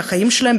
מהחיים שלהם,